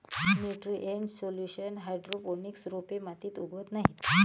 nutrient solution hydroponics रोपे मातीत उगवत नाहीत